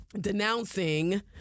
denouncing